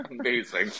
Amazing